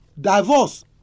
divorce